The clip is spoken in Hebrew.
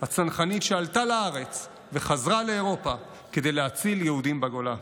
הצנחנית שעלתה לארץ וחזרה לאירופה כדי להציל ילדים בגולה.